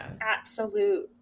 absolute